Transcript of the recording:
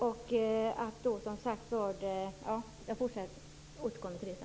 Jag får återkomma till det senare.